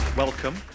Welcome